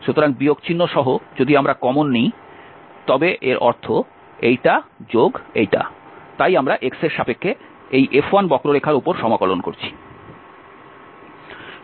সুতরাং বিয়োগ চিহ্ন সহ যদি আমরা কমোন নিই তবে এর অর্থ এইটা যোগ এইটা তাই আমরা x এর সাপেক্ষে এই F1 বক্ররেখার উপর সমাকলন করছি